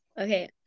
Okay